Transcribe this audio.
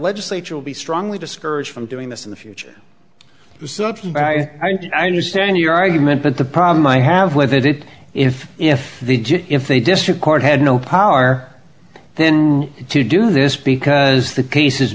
legislature will be strongly discouraged from doing this in the future i knew stand your argument but the problem i have with it if if they did if they district court had no power then to do this because the cases